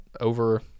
over